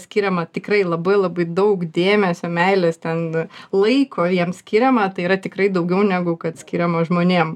skiriama tikrai labai labai daug dėmesio meilės ten laiko jiems skiriama tai yra tikrai daugiau negu kad skiriama žmonėm